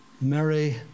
Mary